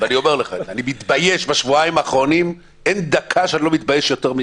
אני לא בטוח שכשאנחנו יושבים פה